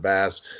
Bass